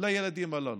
לילדים הללו.